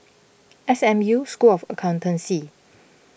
S M U School of Accountancy